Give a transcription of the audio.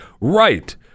Right